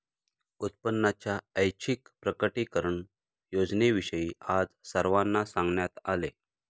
उत्पन्नाच्या ऐच्छिक प्रकटीकरण योजनेविषयी आज सर्वांना सांगण्यात आले